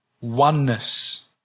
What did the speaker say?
Oneness